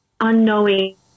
unknowing